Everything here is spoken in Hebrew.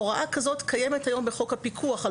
הוראה כזאת קיימת כיום בחוק הפיקוח על